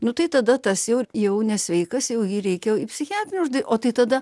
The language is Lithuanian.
nu tai tada tas jau jau nesveikas jau jį reikia į psichiatrinę uždaryt o tai tada